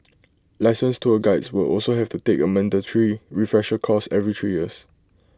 licensed tour Guides will also have to take A mandatory refresher course every three years